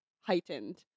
heightened